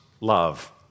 love